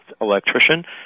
electrician